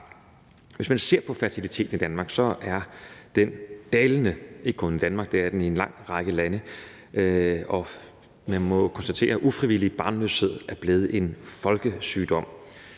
og det gælder ikke kun i Danmark, for det er den i en lang række lande, og man må konstatere, at ufrivillig barnløshed er blevet en folkesygdom,